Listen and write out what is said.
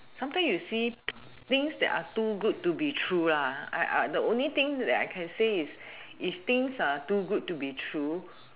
sometimes you see things that are too good to be true lah the only thing that I can say is if things are too good to be true